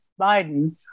Biden